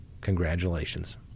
Congratulations